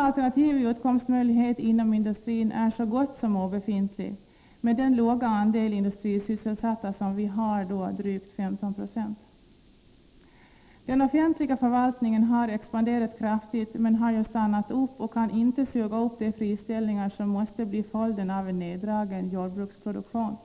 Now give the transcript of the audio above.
Alternativa utkomstmöjligheter inom industrin är så gott som obefintliga, med den låga andel industrisysselsatta som vi har, drygt 15 2. Den offentliga förvaltningen har expanderat kraftigt men har stannat upp och kan inte suga upp de friställningar som måste bli följden av en neddragen jordbruksproduktion.